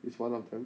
is one of them